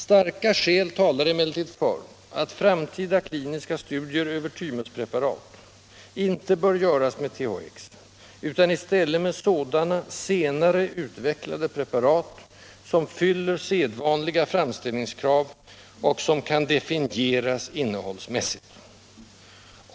Starka skäl talar emellertid för att framtida kliniska studier över tymuspreparat inte bör göras med THX utan i stället med sådana, senare utvecklade, preparat, som fyller sedvanliga framställningskrav och som kan definieras innehållsmässigt.